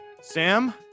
Sam